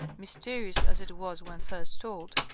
mysterious as it was when first told,